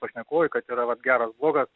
pašnekovai kad yra vat geras blogas